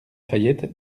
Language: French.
fayette